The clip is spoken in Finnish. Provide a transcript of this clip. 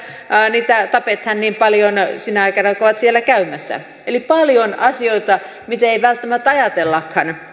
niitä tapetaan niin paljon sinä aikana kun ovat siellä käymässä eli paljon asioita mitä ei välttämättä ajatellakaan